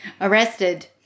arrested